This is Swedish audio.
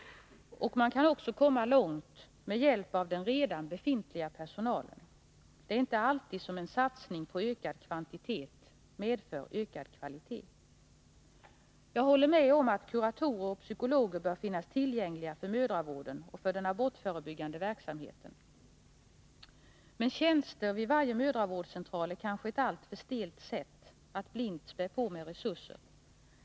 Man kan också komma långt med hjälp av den redan befintliga personalen — det är inte alltid som en satsning på ökad kvantitet medför ökad kvalitet. Jag håller med om att kuratorer och psykologer bör finnas tillgängliga för mödravården och för den abortförebyggande verksamheten. Men tjänster vid varje mödravårdscentral är kanske ett alltför stelt sätt att blint spä på med resurser.